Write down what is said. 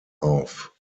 auf